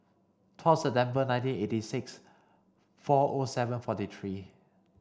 twelve September nineteen eighty six four O seven forty three